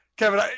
Kevin